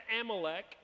Amalek